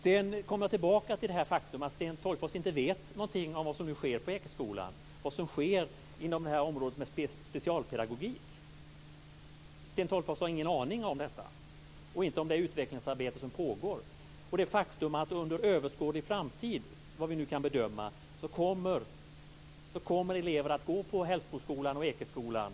Sedan kommer jag tillbaka till det faktum att Sten Tolgfors inte vet någonting om vad som nu sker på Sten Tolgfors har inte någon aning om detta, inte om det utvecklingsarbete som pågår och inte om det faktum att under överskådlig framtid, enligt vad vi nu kan bedöma, kommer elever att gå på Hällsboskolan och Ekeskolan.